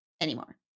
anymore